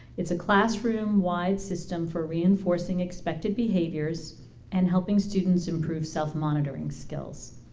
it's a classroom wide system for reinforcing expected behaviors and helping students improve self-monitoring skills.